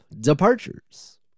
Departures